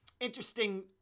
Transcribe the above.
interesting